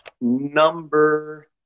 number